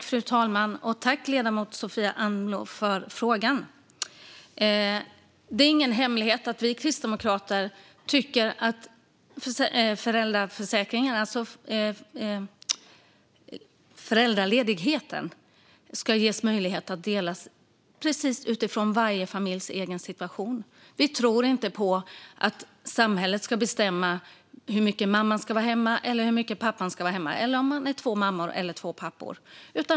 Fru talman! Tack, ledamoten Sofia Amloh, för frågan! Det är ingen hemlighet att vi kristdemokrater tycker att det ska ges möjlighet att dela föräldraledigheten utifrån varje familjs egen situation. Vi tror inte på att samhället ska bestämma hur mycket mamman respektive pappan ska vara hemma - eller om man är två mammor eller två pappor.